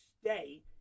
stay